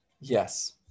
Yes